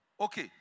Okay